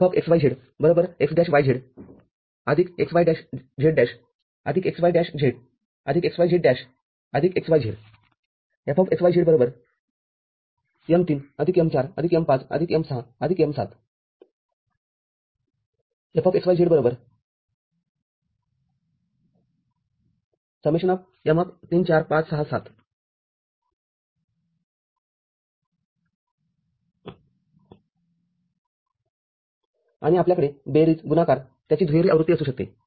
Fxyz x'yz xy'z' xy'z xyz' xyz Fxyz m3 m4 m5 m6 m7 Fxyz ∑ m३ ४ ५ ६ ७ आणि आपल्याकडे बेरीजचा गुणाकार त्याची दुहेरी आवृत्ती असू शकते